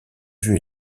vue